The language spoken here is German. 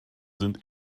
sind